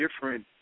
different